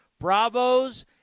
Bravos